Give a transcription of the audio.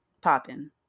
popping